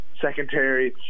secondary